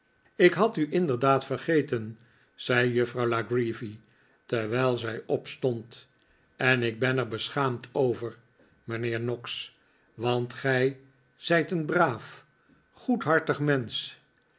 ik had u inderdaad vergeten zei juffrouw la creevy terwijl zij opstond en ik ben er beschaamd over mijnheer noggs want gij zijt een braaf goedhartig mensch